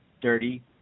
dirty